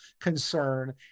concern